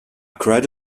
crowd